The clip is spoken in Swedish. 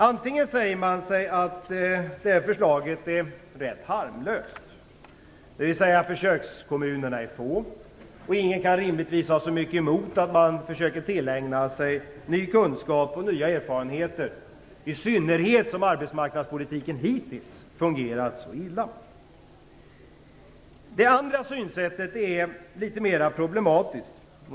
Det ena är att man kan säga sig att förslaget är rätt harmlömst, då försökskommunerna är få. Ingen kan rimigtvis ha så mycket emot att man försöker tillägna sig ny kunskap och nya erfarenheter, i synnerhet då arbetsmarknadspolitiken hittills fungerat så illa. Det andra synsättet är litet mer problematiskt.